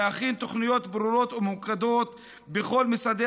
להכין תוכניות ברורות וממוקדות בכל משרדי